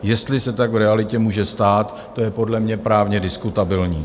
Jestli se tak v realitě může stát, to je podle mě právně diskutabilní.